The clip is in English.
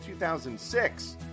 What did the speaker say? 2006